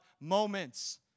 moments